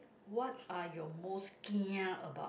what are your most kia about